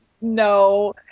no